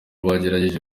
bagerageje